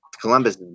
Columbus